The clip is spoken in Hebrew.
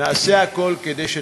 נעשה הכול כדי שתצליחו.